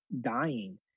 dying